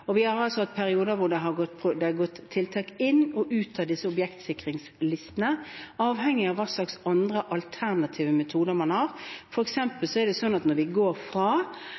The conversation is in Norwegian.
har gått tiltak inn og ut av disse objektsikringslistene, avhengig av hva slags andre alternative metoder man har. For eksempel er det sånn at når vi går